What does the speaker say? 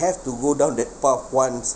have to go down that path once